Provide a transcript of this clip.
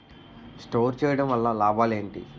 Store చేయడం వల్ల లాభాలు ఏంటి?